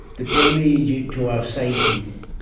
the damage to our psyches,